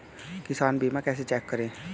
किसान बीमा कैसे चेक करें?